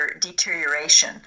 deterioration